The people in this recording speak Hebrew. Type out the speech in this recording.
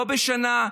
לא בשנה,